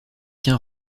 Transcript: qu’un